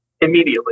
immediately